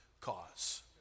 cause